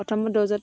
প্ৰথম ড'জত